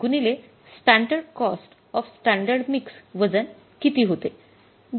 गुणिले standard cost of standard mix वजन किती होते